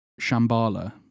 Shambhala